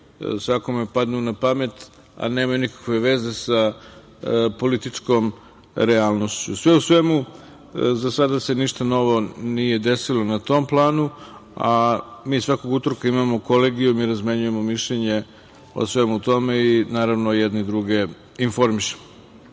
želje padnu na pamet, a nemaju nikakve veze sa političkom realnošću. Sve u svemu, za sada se ništa novo nije desilo na tom planu. Mi svakog utorka imamo Kolegijum i razmenjujemo mišljenje o svemu tome i, naravno, jedni druge informišemo. Hvala